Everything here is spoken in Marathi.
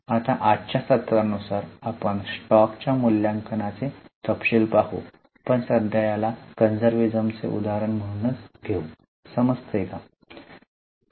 आता आजच्या सत्रा नंतर आपण स्टॉकच्या मूल्यांकनाचे तपशील पाहू पण सध्या याला conservatism चे उदाहरण म्हणून घेऊ समजते का